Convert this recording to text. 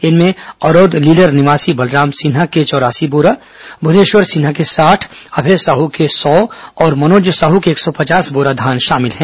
इनमें अरौद लीलर निवासी बलराम सिन्हा को चौरासी बोरा भूनेश्वर सिन्हा के साठ अभय साह के सौ और मनोज साह के एक सौ पचास बोरा धान शामिल हैं